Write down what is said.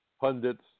pundits